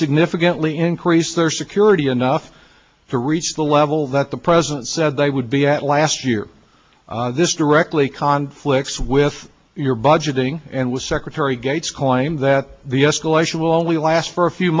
significantly increased their security enough to reach the level that the president said they would be at last year this directly conflicts with your budgeting and with secretary gates claim that the escalation will only last for a few